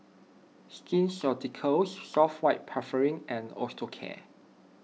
Skin Ceuticals White Soft Paraffin and Osteocare